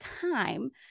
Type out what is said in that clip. time